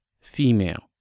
female